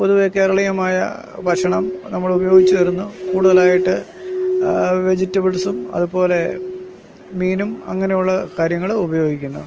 പൊതുവെ കേരളീയമായ ഭക്ഷണം നമ്മൾ ഉപയോഗിച്ചു വരുന്നു കൂടുതലായിട്ട് വെജിറ്റബിൾസും അതുപോലെ മീനും അങ്ങനെയുള്ള കാര്യങ്ങൾ ഉപയോഗിക്കുന്നു